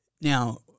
now